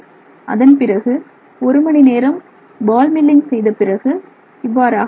அதன் பிறகு ஒரு மணி நேரம் பால் மில்லிங் செய்தபிறகு இவ்வாறாக உள்ளது